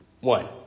one